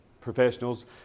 professionals